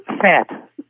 fat